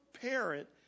parent